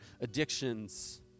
addictions